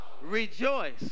rejoice